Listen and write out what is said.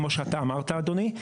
כמו שאתה אמרת אדוני,